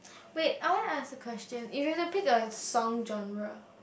wait I want to ask a question if you will to pick a song genre